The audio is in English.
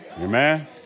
Amen